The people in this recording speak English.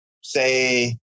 say